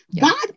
God